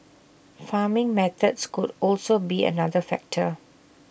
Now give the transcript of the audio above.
farming methods could also be another factor